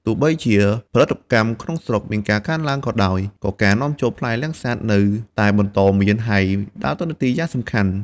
ទោះបីជាផលិតកម្មក្នុងស្រុកមានការកើនឡើងក៏ដោយ ក៏ការនាំចូលផ្លែលាំងសាតនៅតែបន្តមាន ហើយដើរតួនាទីយ៉ាងសំខាន់។